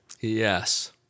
Yes